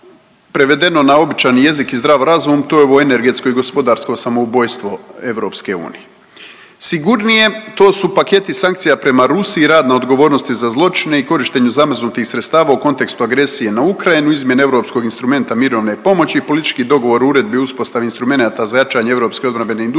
na običan jezik i zdrav razum to je ovo energetsko i gospodarsko samoubojstvo EU. Sigurnije, to su paketi sankcija prema Rusiji i radne odgovornosti za zločine i korištenju zamrznutih sredstava kontekstu agresije na Ukrajinu, izmjene europskog instrumenta mirovine pomoći, politički dogovor o uredbi o uspostavi instrumenata za jačanje europske obrambene industrije